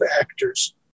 actors